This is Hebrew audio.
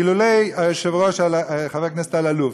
אילולא היושב-ראש חבר הכנסת אלאלוף,